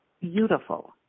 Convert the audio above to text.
beautiful